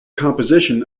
composition